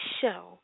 show